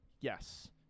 Yes